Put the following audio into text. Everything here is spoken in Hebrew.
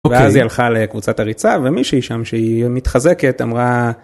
ואז היא הלכה לקבוצת הריצה ומישהי שם שהיא מתחזקת אמרה